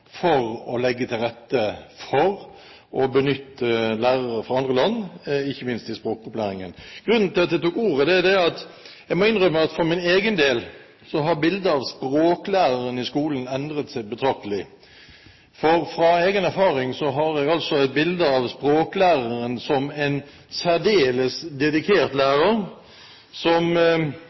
for å legge til rette for å benytte lærere fra andre land, ikke minst i språkopplæringen. Grunnen til at jeg tok ordet, er at jeg må innrømme at for min egen del har bildet av språklæreren i skolen endret seg betraktelig. Fra egen erfaring har jeg altså et bilde av språklæreren som en særdeles dedikert lærer.